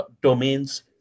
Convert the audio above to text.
domains